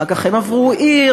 אחר כך הם עברו עיר,